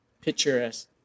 picturesque